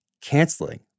canceling